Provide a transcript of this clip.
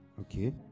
okay